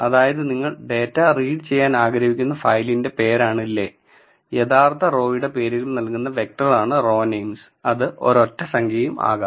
അതായത് നിങ്ങൾ data read ചെയ്യാൻ ആഗ്രഹിക്കുന്ന ഫയലിന്റെ പേരാണ് ലെ യഥാർത്ഥ റോയ്യുടെ പേരുകൾ നൽകുന്ന വെക്റ്ററാണ് റോനെയിംസ് അത് ഒരൊറ്റ സംഖ്യയും ആകാം